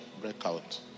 breakout